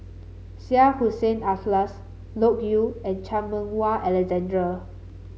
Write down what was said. Syed Hussein Alatas Loke Yew and Chan Meng Wah Alexander